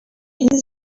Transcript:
این